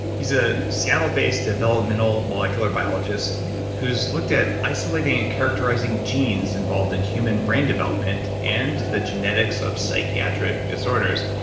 he's a seattle-based developmental molecular biologist who's looked at isolating and characterizing genes involved in human brain development and the genetics of psychiatric disorders,